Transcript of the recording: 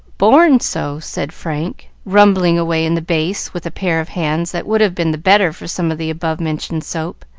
born so, said frank, rumbling away in the bass with a pair of hands that would have been the better for some of the above-mentioned soap,